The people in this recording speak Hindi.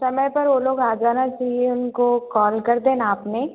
समय पर वो लोग आ जाना चाहिए उनको कॉल कर देना आपने